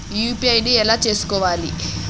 UPI ను ఎలా చేస్కోవాలి?